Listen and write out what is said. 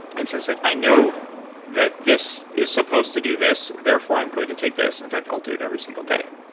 i and so said, i know that this is supposed to do this. therefore, i'm going to take this. in fact, i'll do it every single day.